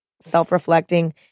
self-reflecting